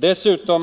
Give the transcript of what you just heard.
Dessutom